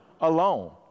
Alone